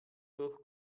durch